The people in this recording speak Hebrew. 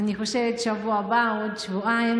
אני חושבת שבשבוע הבא או בעוד שבועיים,